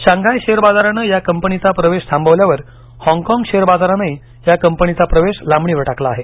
Shanghai share बाजारानं या कंपनीचा प्रवेश थांबवल्यावर हॉगकॉग शेअर बाजारानंही या कंपनीचा प्रवेश लांबणीवर टाकला आहे